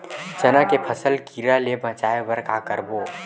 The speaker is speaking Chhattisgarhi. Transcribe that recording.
चना के फसल कीरा ले बचाय बर का करबो?